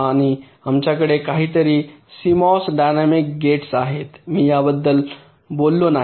आणि आमच्याकडे काहीतरी सीएमओएस डायनॅमिक गेट्स आहेत मी याबद्दल बोललो नाही